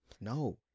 no